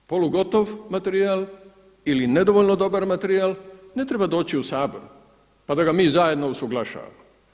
Polugotov materijal ili nedovoljno dobar materijal ne treba doći u Sabor, pa da ga mi zajedno usuglašavamo.